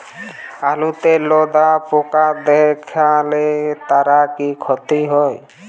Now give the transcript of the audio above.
আলুতে লেদা পোকা দেখালে তার কি ক্ষতি হয়?